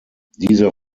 dieser